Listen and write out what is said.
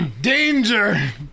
danger